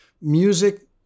Music